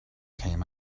came